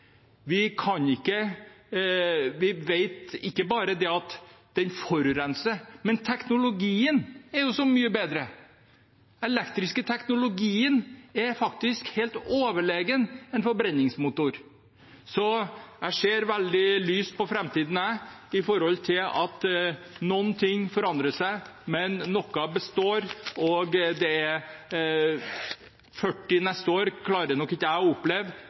Vi vet at det ikke bare forurenser, men teknologien er jo så mye bedre. Den elektriske teknologien er faktisk helt overlegen en forbrenningsmotor. Jeg ser veldig lyst på framtiden i forhold til at noe forandrer seg, men noe består. De 40 neste årene klarer nok ikke jeg å oppleve,